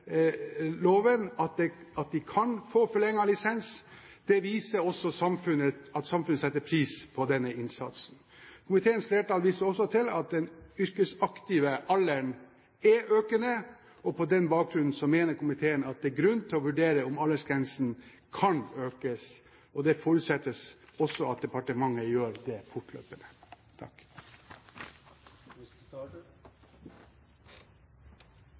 at de kan få forlenget lisens. Det viser også at samfunnet setter pris på denne innsatsen. Komiteens flertall viser også til at den yrkesaktive alderen er økende, og på den bakgrunn mener komiteen at det er grunn til å vurdere om aldersgrensen kan heves. Det forutsettes også at departementet gjør det fortløpende.